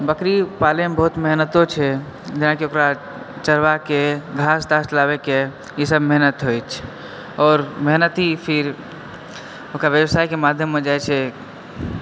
बकरी पालयमे बहुत मेहनतो छै जेनाकि ओकरा चरेबाके घास तास लाबयके ईसभ मेहनत होयत अछि आओर मेहनती फिर ओकर व्यवसायके माध्यममे जाइत छै